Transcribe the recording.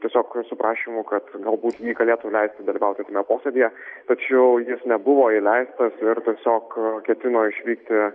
tiesiog su prašymu kad galbūt jį galėtų leisti dalyvauti tame posėdyje tačiau jis nebuvo įleistas ir tiesiog ketino išvykti